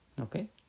Okay